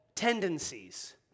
tendencies